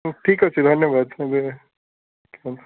ହଉ ଠିକ୍ ଅଛି ଧନ୍ୟବାଦ ଏବେ ହଁ